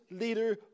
leader